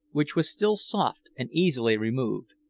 which was still soft and easily removed.